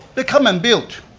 they come and build,